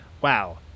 wow